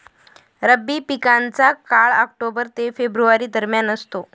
रब्बी पिकांचा काळ ऑक्टोबर ते फेब्रुवारी दरम्यान असतो